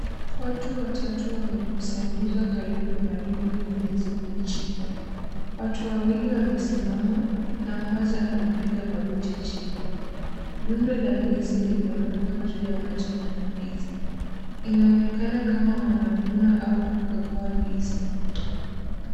Watu watatuwamekusanyika karibu na rundo mingi ya ndizi mbichi. Watu wawili wamesimama na mmoja maepiga magoti chini. Rundo la ndizi imewekwa juu ya majani ya ndizi. Inaonekana kama wanavuna au kukagua ndizi.